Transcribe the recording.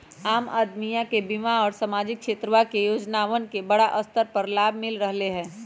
आम अदमीया के बीमा और सामाजिक क्षेत्रवा के योजनावन के बड़ा स्तर पर लाभ मिल रहले है